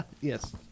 Yes